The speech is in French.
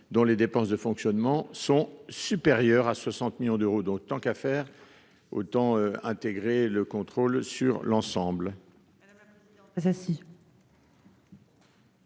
dont les dépenses de fonctionnement sont supérieures à 60 millions d'euros. Donc tant qu'à faire. Autant intégrer le contrôle sur l'ensemble.